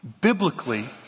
biblically